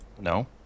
No